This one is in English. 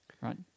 right